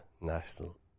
national